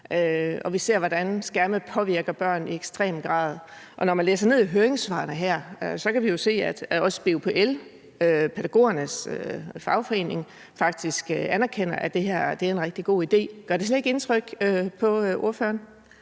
Vi ser, hvordan skærme påvirker børn i ekstrem grad. Og når man læser ned i høringssvarene her, kan man jo se, at også BUPL, altså pædagogernes fagforening, faktisk anerkender, at det her er en rigtig god idé. Gør det slet ikke indtryk på ordføreren?